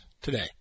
today